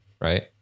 right